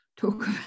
Talk